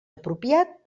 apropiat